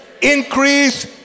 Increase